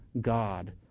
God